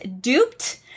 duped